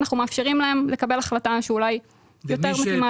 זה אנחנו מאפשרים להם לקבל החלטה שאולי יותר מתאימה להם.